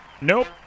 Nope